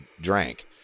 drank